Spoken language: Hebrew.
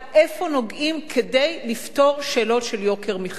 איפה נוגעים כדי לפתור שאלות של יוקר מחיה.